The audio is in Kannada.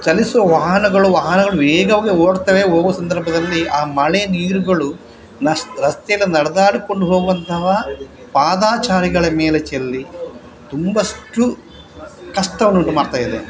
ಚಲಿಸುವ ವಾಹನಗಳು ವಾಹನಗಳು ವೇಗವಾಗಿ ಓಡುತ್ತವೆ ಹೋಗುವ ಸಂದರ್ಭದಲ್ಲಿ ಆ ಮಳೆ ನೀರುಗಳು ನಷ್ಟ ರಸ್ತೆಯಲ್ಲಿ ನಡೆದಾಡಿಕೊಂಡು ಹೋಗುವಂತಹ ಪಾದಾಚಾರಿಗಳ ಮೇಲೆ ಚೆಲ್ಲಿ ತುಂಬಷ್ಟು ಕಷ್ಟವನ್ನು ಉಂಟು ಮಾಡ್ತಾಯಿದೆ